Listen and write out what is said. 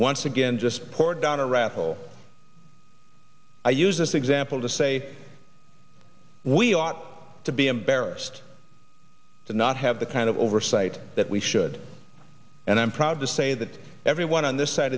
once again just poured down a rat hole i used this example to say we ought to be embarrassed to not have the kind of oversight that we should and i'm proud to say that everyone on this side